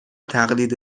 تقلید